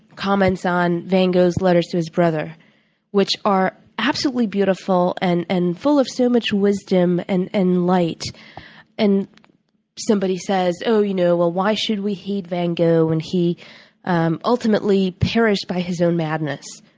comments on van gogh's letters to his brother which are absolutely beautiful and and full full of so much wisdom and and light and somebody says, oh, you know well, why should we heed van gogh when he um ultimately perished by his own madness?